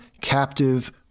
captive